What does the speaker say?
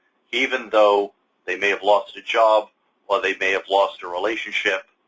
even though they may have lost a job or they may have lost a relationship.